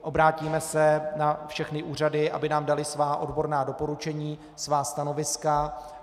Obrátíme se na všechny úřady, aby nám daly svá odborná doporučení, svá stanoviska.